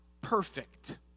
perfect